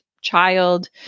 child